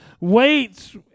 weights